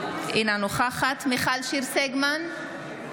אינה נוכחת מיכל שיר סגמן,